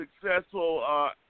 Successful